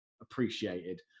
appreciated